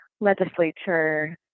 legislature